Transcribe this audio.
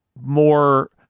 more